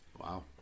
Wow